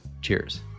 Cheers